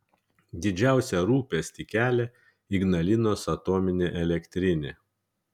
didžiausią rūpestį kelia ignalinos atominė elektrinė